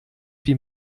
wie